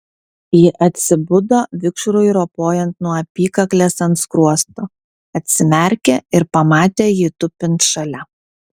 ji atsibudo vikšrui ropojant nuo apykaklės ant skruosto atsimerkė ir pamatė jį tupint šalia